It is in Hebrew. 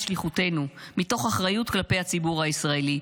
שליחותנו מתוך אחריות כלפי הציבור הישראלי.